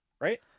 Right